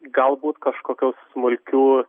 galbūt kažkokių smulkių